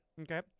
okay